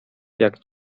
jak